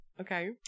Okay